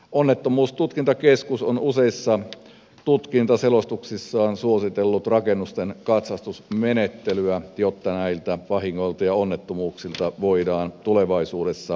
onnettomuustutkintakeskus on useissa tutkintaselostuksissaan suositellut rakennusten katsastusmenettelyä jotta näiltä vahingoilta ja onnettomuuksilta voidaan tulevaisuudessa välttyä